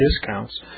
discounts